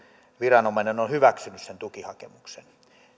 viranomainen on on hyväksynyt sen tukihakemuksen